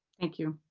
thank you.